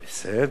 בסדר.